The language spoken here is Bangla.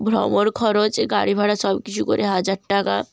ভ্রমণ খরচ গাড়ি ভাড়া সব কিছু করে হাজার টাকা